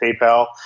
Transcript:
PayPal